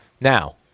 Now